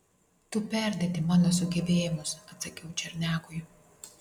tu perdedi mano sugebėjimus atsakiau černiakui